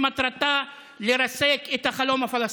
שמטרתה לרסק את החלום הפלסטיני.